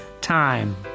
Time